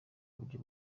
buryo